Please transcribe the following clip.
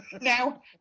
Now